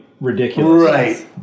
Right